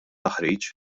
taħriġ